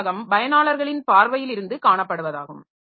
இந்த நினைவகம் பயனாளர்களின் பார்வையில் இருந்து காணப்படுவதாகும்